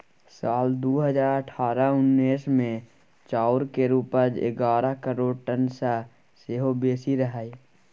साल दु हजार अठारह उन्नैस मे चाउर केर उपज एगारह करोड़ टन सँ सेहो बेसी रहइ